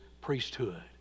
priesthood